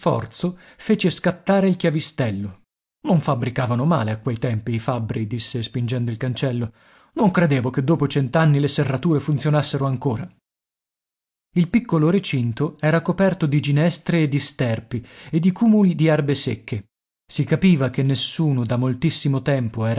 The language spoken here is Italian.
fece scattare il chiavistello non fabbricavano male a quei tempi i fabbri disse spingendo il cancello non credevo che dopo cent'anni le serrature funzionassero ancora il piccolo recinto era coperto di ginestre e di sterpi e di cumuli di erbe secche si capiva che nessuno da moltissimo tempo